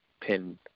pin